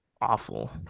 awful